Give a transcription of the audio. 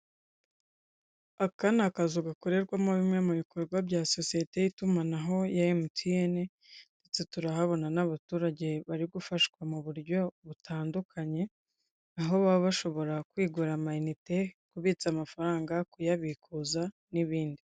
Aka ni akazu gakorerwamo bimwe mu bikorwa bya sosiyete y'itumanaho ya emutiyene, ndetse turahabona n'abaturage bari gufashwa mu buryo butandukanye, aho baba bashobora kwigura amayinite, kubitsa amafaranga, kuyabikuza, n'ibindi.